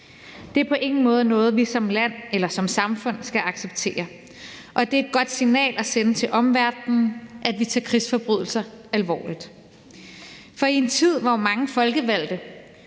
Det er på ingen måde noget, vi som land eller som samfund skal acceptere, og det er et godt signal at sende til omverdenen, at vi tager krigsforbrydelser alvorligt. For i en tid, hvor mange folkevalgte,